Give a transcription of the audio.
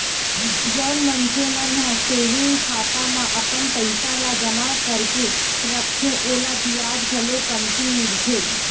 जउन मनखे मन ह सेविंग खाता म अपन पइसा ल जमा करके रखथे ओला बियाज घलो कमती मिलथे